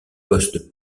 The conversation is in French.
poste